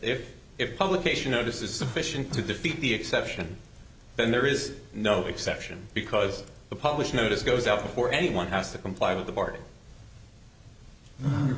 if it publication notice is sufficient to defeat the exception then there is no exception because the publish notice goes out before anyone has to comply with the part